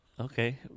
Okay